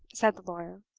said the lawyer,